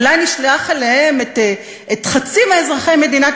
אולי נשלח אליהם את חצי מאזרחי מדינת